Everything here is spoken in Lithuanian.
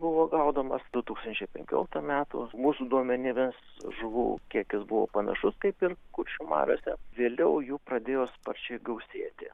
buvo gaudomas du tūkstančiai penkioliktų metų mūsų duomenimis žuvų kiekis buvo panašus kaip ir kuršių mariose vėliau jų pradėjo sparčiai gausėti